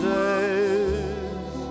days